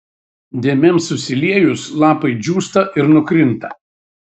dėmėms susiliejus lapai džiūsta ir nukrinta